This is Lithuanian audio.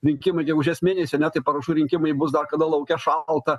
rinkimai gegužės mėnesį ane taip parašų rinkimai bus dar kada lauke šalta